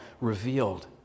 revealed